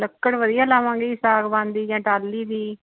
ਲੱਕੜ ਵਧੀਆ ਲਾਵਾਂਗੇ ਜੀ ਸਾਗਵਾਨ ਦੀ ਜਾਂ ਟਾਹਲੀ ਦੀ